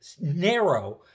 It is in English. narrow